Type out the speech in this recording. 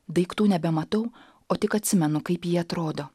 daiktų nebematau o tik atsimenu kaip jie atrodo